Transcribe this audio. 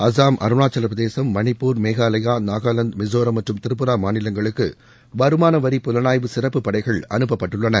அசாம் அருணாச்சவப் பிரதேசம் மணிப்பூர் மேகாலயா நாகாலாந்து மிசோரம் மற்றும் திரிபரா மாநிலங்களுக்கு வருமான வரி புலனாய்வு சிறப்பு படைகள் அனுப்பப்பட்டுள்ளன